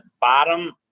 bottom